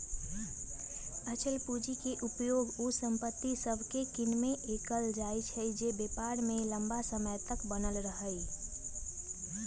अचल पूंजी के उपयोग उ संपत्ति सभके किनेमें कएल जाइ छइ जे व्यापार में लम्मा समय तक बनल रहइ